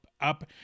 up